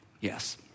Yes